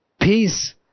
peace